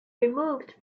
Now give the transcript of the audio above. removed